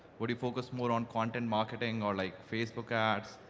would you focus more on content marketing, or like, facebook ads?